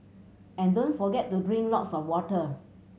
and don't forget to drink lots of water